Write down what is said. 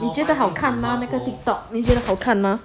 你觉得好看吗那个 Tiktok 那些好看吗